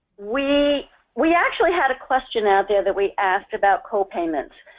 we we actually had a question out there that we asked about copayments.